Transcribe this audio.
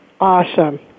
awesome